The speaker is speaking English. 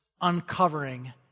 uncovering